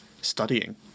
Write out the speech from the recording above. studying